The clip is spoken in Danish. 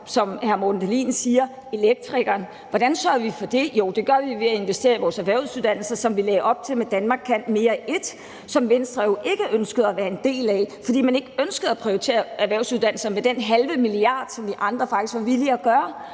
som hr. Morten Dahlin siger, bl.a. elektrikere. Hvordan sørger vi for det? Jo, det gør vi ved at investere i vores erhvervsuddannelser, som vi lagde op til med »Danmark kan mere I«, og som Venstre jo ikke ønskede at være en del af, fordi man ikke ønskede at prioritere erhvervsuddannelserne med den halve milliard, som vi andre faktisk var villige til